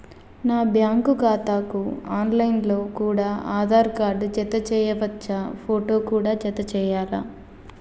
నా బ్యాంకు ఖాతాకు online లో కూడా ఆధార్ కార్డు జత చేయవచ్చా ఫోటో కూడా జత చేయాలా?